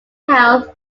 health